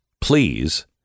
please